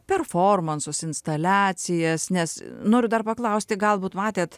performansus instaliacijas nes noriu dar paklausti galbūt matėt